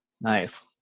nice